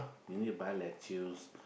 you need to buy lettuce